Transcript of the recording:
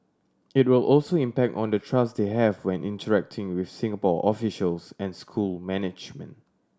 it will also impact on the trust they have when interacting with Singapore officials and school management